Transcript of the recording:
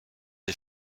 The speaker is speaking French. des